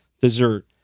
dessert